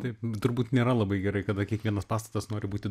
taip turbūt nėra labai gerai kada kiekvienas pastatas nori būti